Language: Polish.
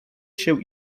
się